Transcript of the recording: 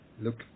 look